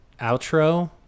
outro